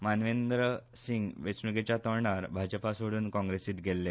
मानवेंद्र सिंग वेचणूकेच्या तोंडार भाजपा सोडून काँग्रेसीत गेल्ले